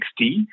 60